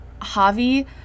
Javi